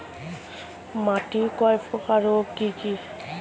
মাটি কয় প্রকার ও কি কি?